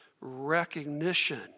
recognition